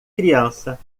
criança